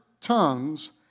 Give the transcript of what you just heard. tongues